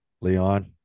Leon